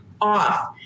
off